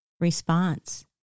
response